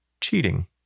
cheating